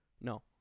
No